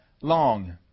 long